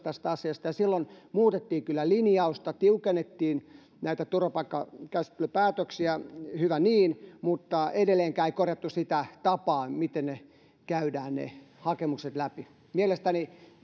tästä asiasta ja silloin muutettiin kyllä linjausta tiukennettiin näitä turvapaikkakäsittelypäätöksiä hyvä niin mutta edelleenkään ei korjattu sitä tapaa miten käydään hakemukset läpi mielestäni